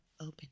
open